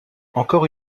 encore